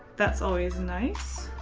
that's always nice.